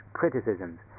criticisms